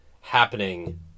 Happening